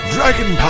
Dragon